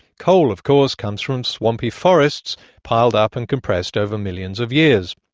coal of course comes from swampy forests piled up and compressed over millions of years.